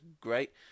great